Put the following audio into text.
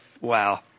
Wow